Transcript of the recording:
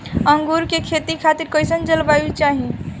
अंगूर के खेती खातिर कइसन जलवायु चाही?